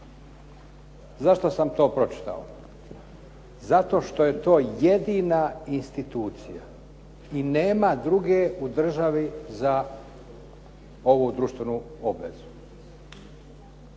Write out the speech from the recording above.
Zašto sam to pročitao? Zato što je to jedina institucija i nema druge u državi za ovu društvenu obvezu.